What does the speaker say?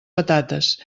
patates